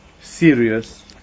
serious